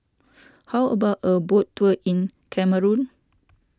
how about a boat tour in Cameroon